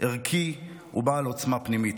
ערכי ובעל עוצמה פנימית.